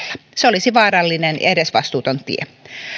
se olisi vaarallinen ja edesvastuuton tie